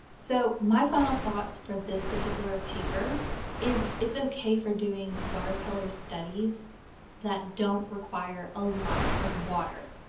so my final thoughts for this particular paper is it's ok for doing watercolor studies that don't require a lot of water.